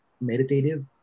meditative